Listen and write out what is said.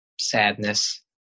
sadness